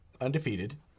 undefeated